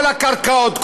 כל הקרקעות,